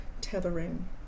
tethering